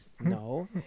No